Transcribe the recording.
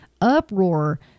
uproar